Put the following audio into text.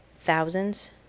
thousands